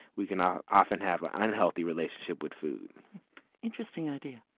we can um often have unhealthy relationship with food interesting idea.